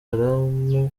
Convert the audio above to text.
haram